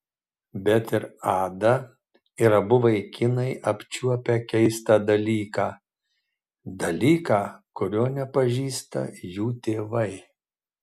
bet ir ada ir abu vaikinai apčiuopę keistą dalyką dalyką kurio nepažįsta jų tėvai